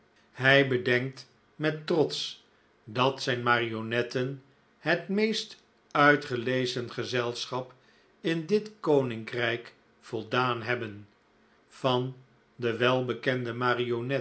hij bedenkt met trots dat zijn marionetten het meest uitgelezen gezelschap in dit koninkrijk voldaan hebben van de welbekende